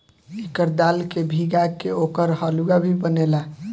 एकर दाल के भीगा के ओकर हलुआ भी बनेला